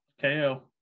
KO